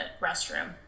restroom